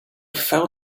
fell